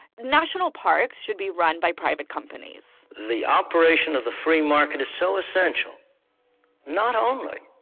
national parks should be run by private companies the operation of the free market is so essential not only